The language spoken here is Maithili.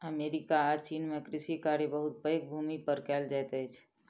अमेरिका आ चीन में कृषि कार्य बहुत पैघ भूमि पर कएल जाइत अछि